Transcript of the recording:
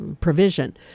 provision